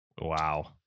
Wow